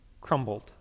crumbled